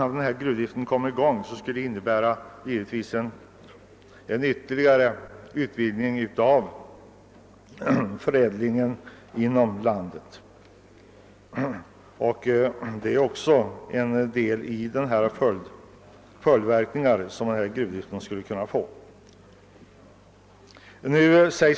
Om gruvdriften kommer i gång skulle det innebära en ytterligare utvidgning av förädlingen inom landet, och gruvdriften skulle alltså få även denna följdverkan.